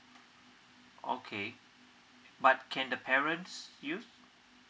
okay but can the parents use